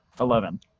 Eleven